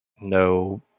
no